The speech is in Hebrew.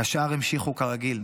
השאר המשיכו כרגיל.